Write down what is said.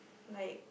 like